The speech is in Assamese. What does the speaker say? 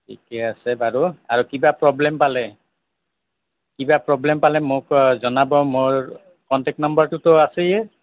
ঠিকে আছে বাৰু আৰু কিবা প্ৰব্লেম পালে কিবা প্ৰব্লেম পালে মোক জনাব মোৰ কণ্টেক নাম্বাৰটোতো আছেয়েই